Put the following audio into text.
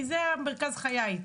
כי זה מרכז חיי.